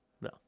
No